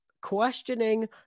questioning